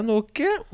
okay